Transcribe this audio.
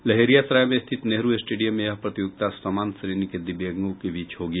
लहेरियासराय में स्थित नेहरू स्टेडियम में यह प्रतियोगिता समान श्रेणी के दिव्यांगो के बीच होगी